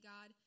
God